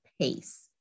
pace